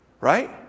Right